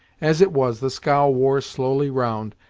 as it was, the scow wore slowly round,